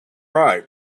right